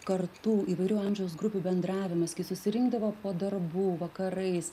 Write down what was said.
kartų įvairių amžiaus grupių bendravimas kai susirinkdavo po darbų vakarais